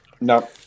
no